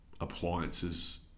appliances